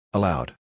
Allowed